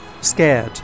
Scared